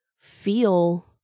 feel